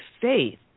faith